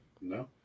No